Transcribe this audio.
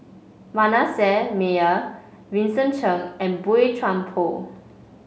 Manasseh Meyer Vincent Cheng and Boey Chuan Poh